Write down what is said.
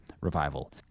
Revival